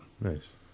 Nice